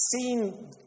seen